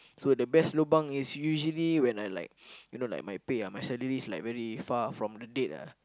so the best lobang is usually when I like you know like my pay ah my salary is very far from the date ah